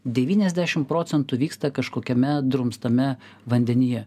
devyniasdešim procentų vyksta kažkokiame drumstame vandenyje